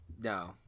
No